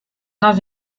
dans